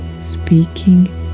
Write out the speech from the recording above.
speaking